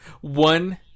One